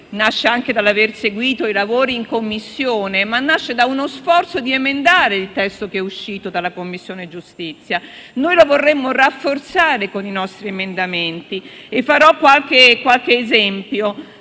nasce anche dall'aver seguito i lavori in Commissione; nasce soprattutto da uno sforzo di emendare il testo uscito dalla Commissione giustizia. Noi lo vorremmo rafforzare con i nostri emendamenti, e farò anche qualche esempio.